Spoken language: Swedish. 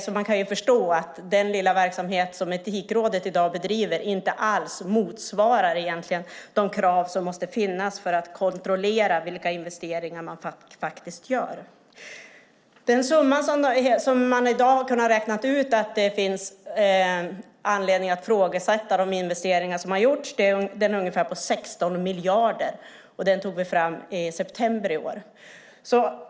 Då kan man förstå att den lilla verksamhet som Etikrådet bedriver i dag inte alls motsvarar de krav som måste finnas för att kontrollera de investeringar man gör. Den summa som man har kunnat räkna fram för de investeringar som det finns anledning att ifrågasätta är ungefär 16 miljarder. Den siffran tog vi fram i september i år.